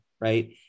right